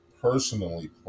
personally